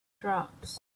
drugs